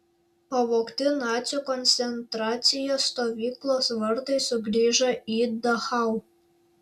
pavogti nacių koncentracijos stovyklos vartai sugrįžo į dachau